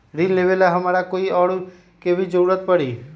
ऋन लेबेला हमरा कोई और के भी जरूरत परी?